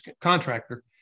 contractor